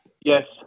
Yes